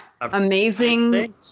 Amazing